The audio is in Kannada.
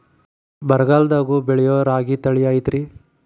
ಬರಗಾಲದಾಗೂ ಬೆಳಿಯೋ ರಾಗಿ ತಳಿ ಐತ್ರಿ?